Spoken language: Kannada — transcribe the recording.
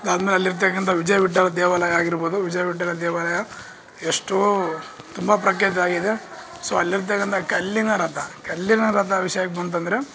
ಅಂದ್ರೆ ಎಲ್ಲಿರ್ತಕ್ಕಂಥ ವಿಜಯವಿಟ್ಟಲ ದೇವಾಲಯ ಆಗಿರಬೋದು ವಿಜಯವಿಟ್ಟಲ ದೇವಾಲಯ ಎಷ್ಟೋ ತುಂಬ ಪ್ರಖ್ಯಾತ ಆಗಿದೆ ಸೋ ಅಲ್ಲಿರ್ತಕ್ಕಂಥ ಕಲ್ಲಿನ ರಥ ಕಲ್ಲಿನ ರಥ ವಿಷಯಕ್ಕೆ ಬಂತಂದ್ರೆ